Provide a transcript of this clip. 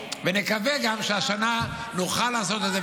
ונקווה גם שהשנה נוכל לעשות את זה,